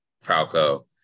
Falco